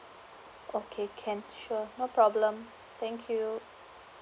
okay can sure no problem thank you